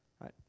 right